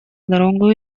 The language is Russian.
дорогу